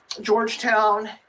Georgetown